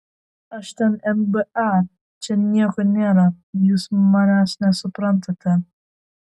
aš ten nba čia nieko nėra jūs manęs nesuprantate